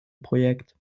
projekt